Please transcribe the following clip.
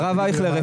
הרב אייכלר,